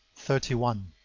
thirty one.